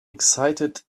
excited